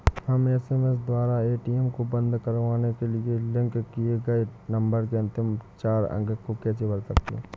हम एस.एम.एस द्वारा ए.टी.एम को बंद करवाने के लिए लिंक किए गए नंबर के अंतिम चार अंक को कैसे भर सकते हैं?